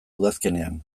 udazkenean